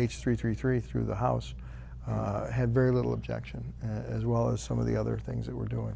h three three three through the house had very little objection and as well as some of the other things that we're doing